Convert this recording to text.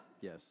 Yes